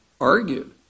argued